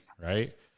right